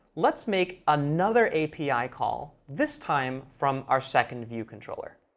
let's make another api call, this time from our second view controller.